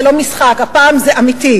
זה לא משחק, הפעם זה אמיתי.